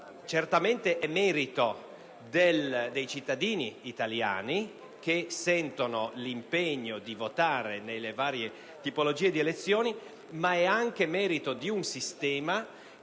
urne è merito dei cittadini italiani, che sentono l'impegno di votare nelle varie tipologie di elezione, ma è anche merito di un sistema